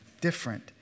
different